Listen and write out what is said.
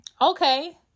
okay